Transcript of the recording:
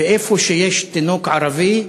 ואיפה שיש תינוק ערבי,